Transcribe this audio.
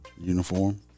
uniform